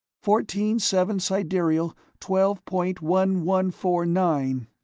fourteen seven sidereal twelve point one one four nine.